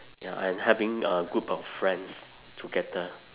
ya and having a group of friends together